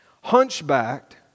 hunchbacked